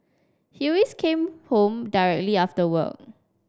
he always came home directly after work